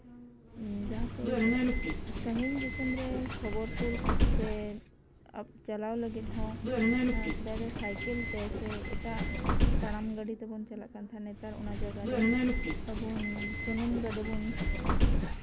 ᱡᱟᱦᱟᱸᱥᱮᱡ ᱥᱟᱺᱜᱤᱧ ᱫᱤᱥᱚᱢ ᱨᱮ ᱠᱷᱚᱵᱚᱨ ᱠᱳᱞ ᱥᱮ ᱪᱟᱞᱟᱣ ᱞᱟᱹᱜᱤᱫ ᱫᱚ ᱥᱮᱫᱟᱭ ᱫᱚ ᱥᱟᱭᱠᱮᱞ ᱛᱮ ᱥᱮ ᱮᱴᱟᱜ ᱛᱟᱲᱟᱢ ᱜᱟᱹᱰᱤ ᱛᱮᱵᱚᱱ ᱪᱟᱞᱟᱜ ᱠᱟᱱ ᱛᱟᱦᱮᱸᱱᱟ ᱱᱮᱛᱟᱨ ᱚᱱᱟ ᱡᱟᱭᱜᱟ ᱨᱮ ᱥᱩᱱᱩᱢ ᱜᱟᱹ ᱰᱤ ᱵᱚᱱ